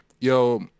yo